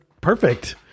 perfect